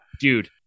dude